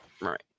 Right